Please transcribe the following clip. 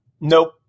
nope